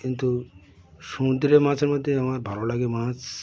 কিন্তু সমুদ্রের মাছের মধ্যে আমার ভালো লাগে মাছ